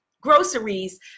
groceries